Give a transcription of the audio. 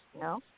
no